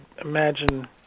imagine